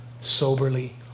soberly